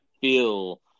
feel